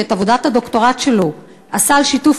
שאת עבודת הדוקטורט שלו עשה על שיתוף